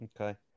Okay